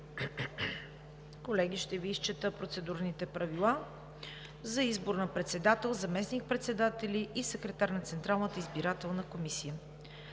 Колеги, ще Ви изчета Процедурните правила за избор на председател, заместник-председатели и секретар на Централната избирателна комисия: